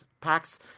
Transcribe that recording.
packs